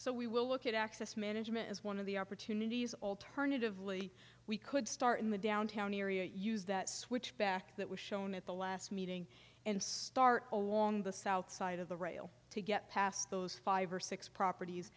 so we will look at access management as one of the opportunities alternatively we could start in the downtown area use that switchback that was shown at the last meeting and start on the south side of the rail to get past those five or six properties